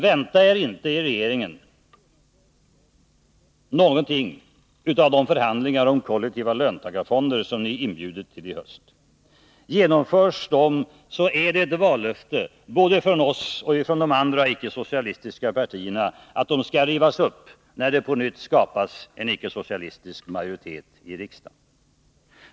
Vänta er inte i regeringen någonting av de förhandlingar om kollektiva löntagarfonder som ni inbjudit till i höst. Genomförs fonderna är det ett vallöfte både från oss och från de andra icke-socialistiska partierna, att de skall rivas upp när det på nytt skapas en icke-socialistisk majoritet i riksdagen.